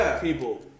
people